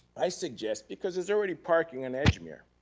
i suggest, because there's already parking on edgemere.